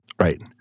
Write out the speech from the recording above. Right